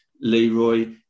Leroy